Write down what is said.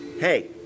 hey